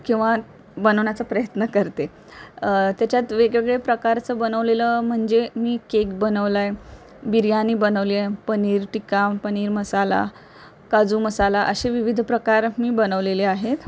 किंवा बनवण्याचा प्रयत्न करते त्याच्यात वेगवेगळे प्रकारचं बनवलेलं म्हणजे मी केक बनवला आहे बिर्याणी बनवली आहे पनीर टिक्का पनीर मसाला काजू मसाला असे विविध प्रकार मी बनवलेले आहेत